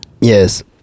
Yes